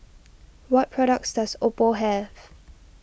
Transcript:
what products does Oppo have